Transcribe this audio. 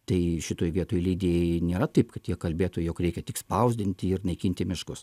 tai šitoj vietoj leidėjai nėra taip kad jie kalbėtų jog reikia tik spausdinti ir naikinti miškus